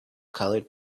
colored